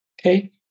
Okay